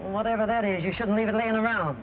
whatever that is you should leave it laying around